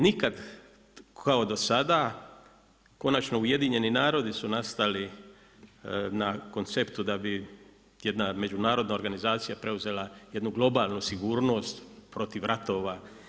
Nikad kao do sada, konačno Ujedinjeni narodi su nastali na konceptu da bi jedna međunarodna organizacija preuzela jednu globalnu sigurnost protiv ratova.